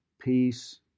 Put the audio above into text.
peace